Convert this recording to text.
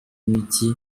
mijyi